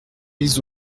ils